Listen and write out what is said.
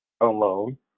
alone